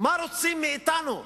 מה רוצים מאתנו?